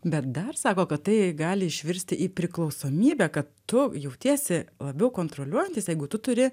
bet dar sako kad tai gali išvirsti į priklausomybę kad tu jautiesi labiau kontroliuojantis jeigu tu turi